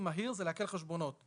זה לעקל חשבונות.